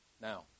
Now